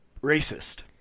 racist